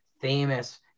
famous